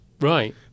Right